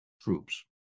troops